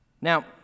Now